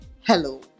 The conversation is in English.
hello